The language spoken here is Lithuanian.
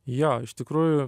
jo iš tikrųjų